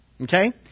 Okay